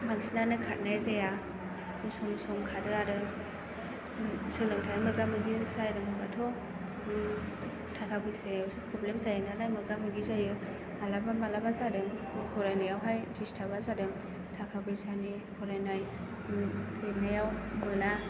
बांसिनानो खारनाय जाया सम सम खारो आरो सोलोंथाइआव मोगा मोगि जादों होनबाथ' थाखा फैसायावसो प्रब्लेम जायोनालाय मोगा मोगि जायो मालाबा मालाबा जादों फरायनायावहाय दिसटार्बानो जादों थाखा फैसानि फरायनाय लिरनायाव मोना